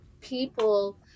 people